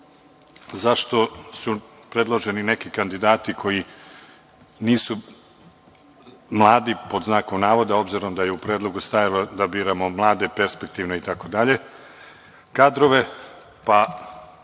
zašto su predloženi neki kandidati koji nisu mladi, pod znakom navoda, obzirom da je u predlogu stajalo da biramo mlade, perspektivne, itd, kadrove.